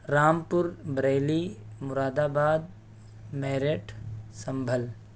رام پور بریلی مراد آباد میرٹھ سنبھل